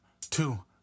two